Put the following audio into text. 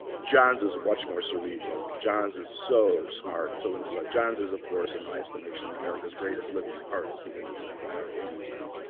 johns is much more cerebral. johns is so smart, and so intellectual. johns is, of course, in my estimation, america's greatest living artist. he's in his, um i don't know, eighty s now.